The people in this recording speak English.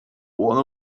one